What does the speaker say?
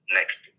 next